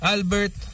Albert